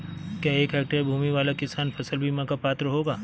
क्या एक हेक्टेयर भूमि वाला किसान फसल बीमा का पात्र होगा?